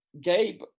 Gabe